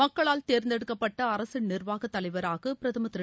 மக்களால் தேர்ந்தெடுக்கப்பட்ட அரசின் நிர்வாக தலைவராக பிரதமர் திரு